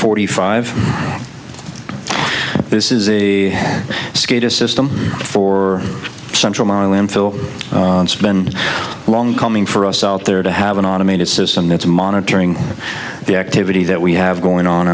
forty five this is a skate a system for central marlin phil been long coming for us out there to have an automated system that's monitoring the activity that we have going on